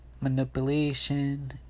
manipulation